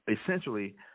essentially